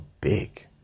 big